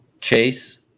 Chase